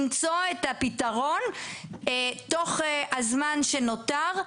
למצוא את הפתרון תוך הזמן שנותר,